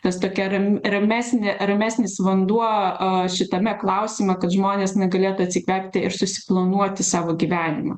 tas tokia ram ramesnė ramesnis vanduo šitame klausime kad žmonės negalėtų atsikelti ir susiplanuoti savo gyvenimą